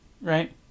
right